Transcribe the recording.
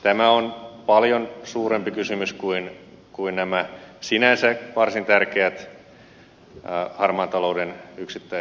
tämä on paljon suurempi kysymys kuin nämä sinänsä varsin tärkeät yksittäiset harmaan talouden torjunnan keinot